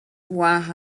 wah